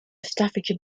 staffordshire